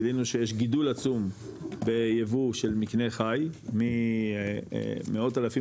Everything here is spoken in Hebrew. גילינו שיש גידול עצום ביבוא של מקנה חי ממאות אלפים